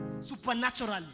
Supernaturally